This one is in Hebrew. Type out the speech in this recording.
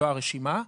זו הרשימה,